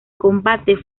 combate